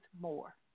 more